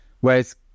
Whereas